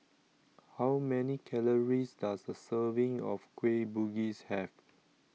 how many calories does a serving of Kueh Bugis have